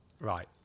right